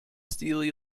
steele